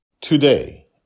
today